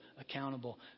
accountable